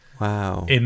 Wow